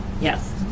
Yes